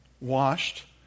washed